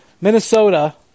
Minnesota